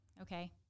Okay